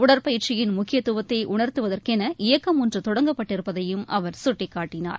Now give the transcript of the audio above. உடற்பயிற்சியின் முக்கியத்துவத்தை உணர்த்துவதற்கென இயக்கம் ஒன்று தொடங்கப்பட்டிருப்பதையும் அவர் சுட்டிக்காட்டினார்